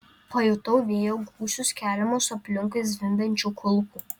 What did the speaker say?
pajutau vėjo gūsius keliamus aplinkui zvimbiančių kulkų